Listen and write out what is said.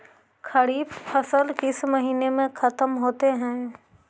खरिफ फसल किस महीने में ख़त्म होते हैं?